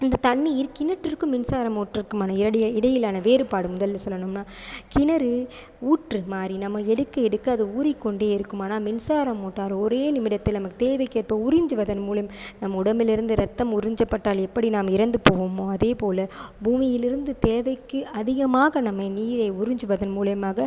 இந்த தண்ணீர் கிணற்றுக்கும் மின்சார மோட்டாருக்குமான இடையே இடையிலான வேறுபாடு முதலில் சொல்லணும்னால் கிணறு ஊற்று மாதிரி நம்ம எடுக்க எடுக்க அது ஊறிக்கொண்டே இருக்கும் ஆனால் மின்சார மோட்டார் ஒரே நிமிடத்தில் நமக்கு தேவைக்கேற்ப உறிஞ்சுவதன் மூலம் நம் உடம்பிலிருந்து ரத்தம் உறிஞ்சப்பட்டால் எப்படி நாம் இறந்து போவோமோ அதே போல் பூமியிலிருந்து தேவைக்கு அதிகமாக நம்ம நீரை உறுஞ்சுவதன் மூலிமாக